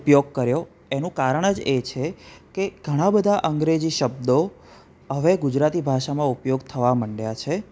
ઉપયોગ કર્યો એનું કારણ જ એ છે કે ઘણા બધા અંગ્રેજી શબ્દો હવે ગુજરાતી ભાષામાં ઉપયોગ થવા મંડ્યા છે